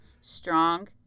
strong